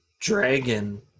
Dragon